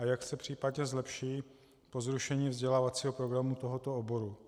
A jak se případně zlepší po zrušení vzdělávacího programu tohoto oboru.